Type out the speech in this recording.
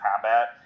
combat